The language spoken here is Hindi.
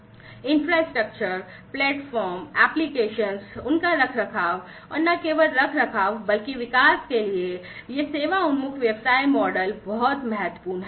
बुनियादी ढांचा उनका रखरखाव और न केवल रखरखाव बल्कि विकास के लिए ये सेवा उन्मुख व्यवसाय मॉडल बहुत महत्वपूर्ण हैं